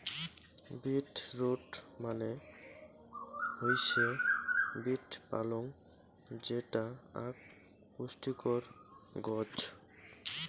beet root মানে হৈসে beet পালং যেটা আক পুষ্টিকর গছ